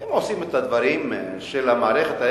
הם עושים את הדברים של המערכת.